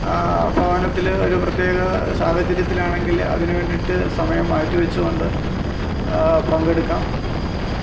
ഭവനത്തിൽ ഒരു പ്രത്യേക സാഹചര്യത്തിൽ ആണെങ്കിൽ അതിനുവേണ്ടിയിട്ട് സമയം മാറ്റിവെച്ചുകൊണ്ട് പങ്കെടുക്കാം